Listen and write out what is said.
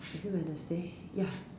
is it Wednesday ya